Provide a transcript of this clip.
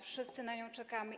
Wszyscy na nią czekamy.